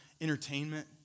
entertainment